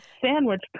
sandwich